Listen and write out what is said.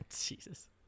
Jesus